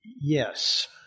Yes